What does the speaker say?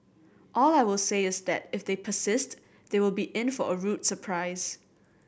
all I will say is that if they persist they will be in for a rude surprise